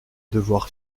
devoir